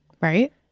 Right